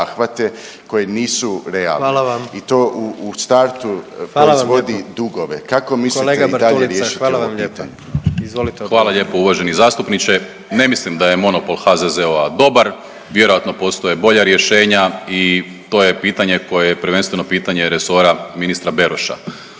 (HDZ)** Izvolite odgovor. **Primorac, Marko** Hvala lijepo uvaženi zastupniče. Ne mislim da je monopol HZZO-a dobar, vjerojatno postoje bolja rješenja i to je pitanje koje je prvenstveno pitanje resora ministra Beroša.